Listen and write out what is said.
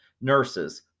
nurses